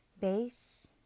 base